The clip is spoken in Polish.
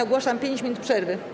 Ogłaszam 5 minut przerwy.